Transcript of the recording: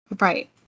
Right